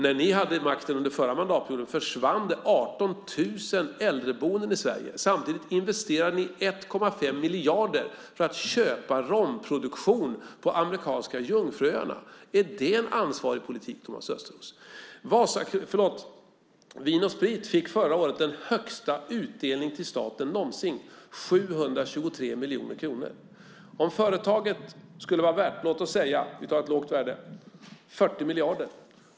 När ni hade makten under den förra mandatperioden försvann 18 000 platser i äldreboendet i Sverige. Samtidigt investerade ni 1,5 miljarder för att köpa romproduktion på amerikanska Jungfruöarna. Är det en ansvarsfull politik, Thomas Östros? Vin & Sprit fick förra året den högsta utdelningen till staten någonsin - 723 miljoner kronor. Låt oss säga att företaget skulle vara värt - vi tar ett lågt värde - 40 miljarder.